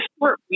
short